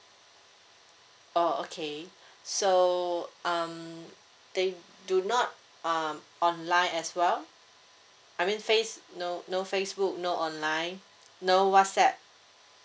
orh okay so um they do not um online as well I mean face~ no no facebook no online no whatsapp